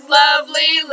lovely